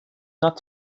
not